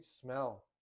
smell